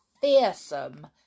fearsome